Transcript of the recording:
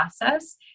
process